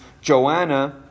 Joanna